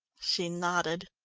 she nodded.